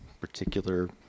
particular